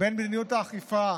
בין מדיניות האכיפה